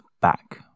back